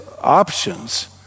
options